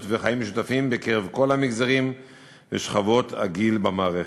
וחיים משותפים" בקרב כל המגזרים ושכבות הגיל במערכת.